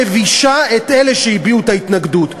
מבישה את אלה שהביעו את ההתנגדות.